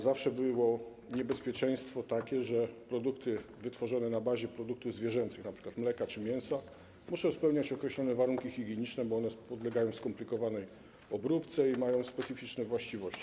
Zawsze było takie niebezpieczeństwo, że produkty wytworzone na bazie produktów zwierzęcych, np. mleka czy mięsa, muszą spełniać określone warunki higieniczne, ponieważ one podlegają skomplikowanej obróbce i mają specyficzne właściwości.